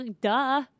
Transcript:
duh